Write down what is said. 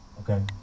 okay